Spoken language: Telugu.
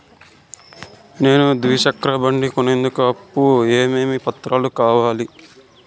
నేను ద్విచక్ర బండి కొనేందుకు అప్పు కు ఏమేమి పత్రాలు కావాలి?